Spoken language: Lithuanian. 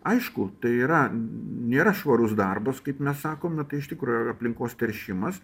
aišku tai yra nėra švarus darbas kaip mes sakome tai iš tikro yra aplinkos teršimas